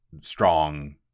strong